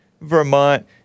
Vermont